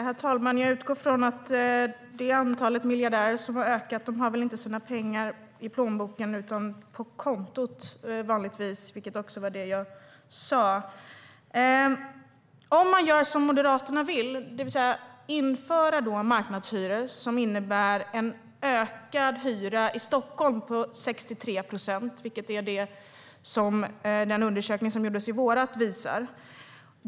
Herr talman! Det ökande antalet miljardärer har nog inte sina pengar i plånboken utan på kontot, vilket jag också sa. Moderaterna vill införa marknadshyror. En undersökning från i våras visar att det skulle höja hyrorna i Stockholm med 63 procent.